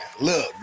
look